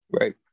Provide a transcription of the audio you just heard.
right